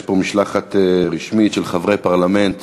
נמצאת פה משלחת רשמית של חברי פרלמנט